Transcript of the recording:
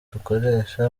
dukoresha